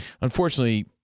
unfortunately